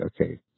okay